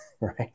right